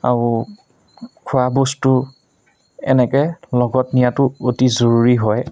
আৰু খোৱা বস্তু এনেকৈ লগত নিয়াতো অতি জৰুৰী হয়